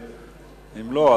ואם לא,